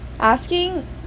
Asking